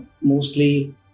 mostly